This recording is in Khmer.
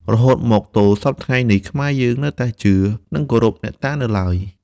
រហូតមកទល់សព្វថ្ងៃនេះ ខ្មែរយើងនៅតែជឿ និងគោរពអ្នកតានៅឡើយ។